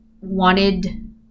wanted